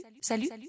salut